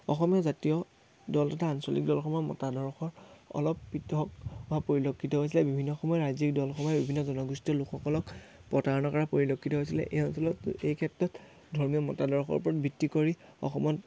অসমীয়া জাতীয় দল তথা আঞ্চলিক দলসমূহৰ মতাদৰ্শৰ অলপ পৃথক হোৱা পৰিলক্ষিত হৈছিলে বিভিন্ন সময়ত ৰাজ্যিক দলসমূহে বিভিন্ন জনগোষ্ঠীয় লোকসকলক প্ৰতাৰণা কৰা পৰিলক্ষিত হৈছিলে এই অঞ্চলত এই ক্ষেত্ৰত ধৰ্মীয় মতাদৰ্শৰ ওপৰত ভিত্তি কৰি অসমত